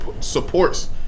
supports